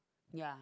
ya